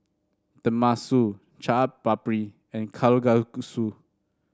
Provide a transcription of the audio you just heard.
Tenmusu Chaat Papri and Kalguksu